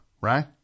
right